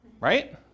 right